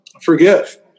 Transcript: forgive